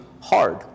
hard